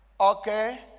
okay